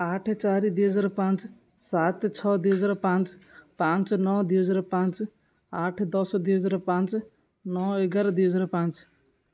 ଆଠ ଚାରି ଦୁଇ ହଜାର ପାଞ୍ଚ ସାତ ଛଅ ଦୁଇ ହଜାର ପାଞ୍ଚ ପାଞ୍ଚ ନଅ ଦୁଇ ହଜାର ପାଞ୍ଚ ଆଠ ଦଶ ଦୁଇ ହଜାର ପାଞ୍ଚ ନଅ ଏଗାର ଦୁଇ ହଜାର ପାଞ୍ଚ